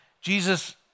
Jesus